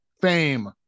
Fame